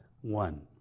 one